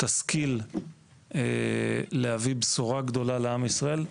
תשכיל להביא בשורה גדולה לעם ישראל,